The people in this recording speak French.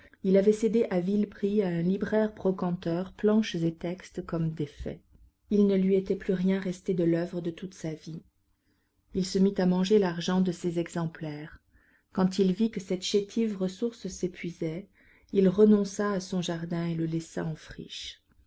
il avait cédé à vil prix à un libraire brocanteur planches et texte comme défets il ne lui était plus rien resté de l'oeuvre de toute sa vie il se mit à manger l'argent de ces exemplaires quand il vit que cette chétive ressource s'épuisait il renonça à son jardin et le laissa en friche